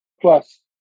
Plus